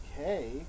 okay